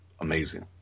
amazing